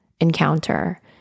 encounter